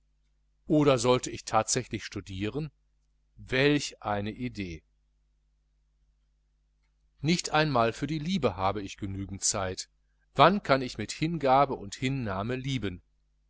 oder sollte ich tatsächlich studieren welch eine idee nicht mal für liebe habe ich genügend zeit wann frage ich wann kann ich mit hingabe und hinnahme lieben